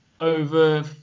over